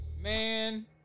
Man